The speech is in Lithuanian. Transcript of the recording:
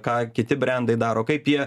ką kiti brendai daro kaip jie